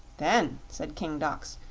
then, said king dox,